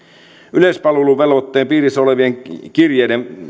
yleispalveluvelvoitteen piirissä olevien kirjeiden